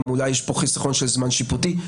גם אולי יש פה חיסכון של זמן שיפוטי,